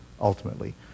ultimately